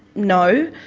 no.